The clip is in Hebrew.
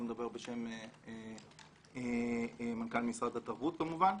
אני לא מדבר בשם מנכ"ל משרד התרבות כמובן.